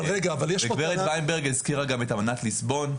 גב' ויינברג הזכירה גם את האמנת ליסבון,